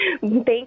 Thank